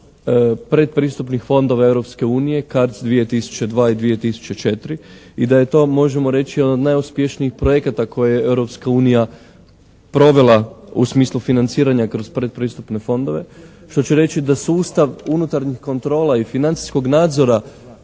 predpristupnih fondova Europske unije CARDS 2002. i 2004. i da je to, možemo reći, jedan od najuspješnijih projekata koje je Europska unija provela u smislu financiranja kroz predpristupne fondove što će reći da sustav unutarnjih kontrola i financijskog nadzora